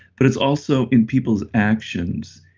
but it's also in people's actions.